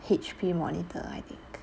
H_P monitor I think